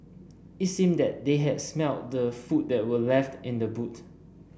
it seemed that they had smelt the food that were left in the boot